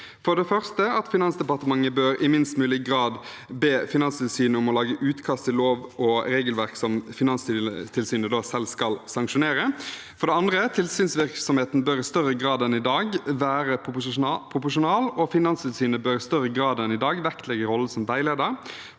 For det første: Finansdepartementet bør i minst mulig grad be Finanstilsynet om å lage utkast til lov- og regelverk som Finanstilsynet selv skal sanksjonere. For det andre: Tilsynsvirksomheten bør i større grad enn i dag være proporsjonal, og Finanstilsynet bør i større grad enn i dag vektlegge rollen som veileder.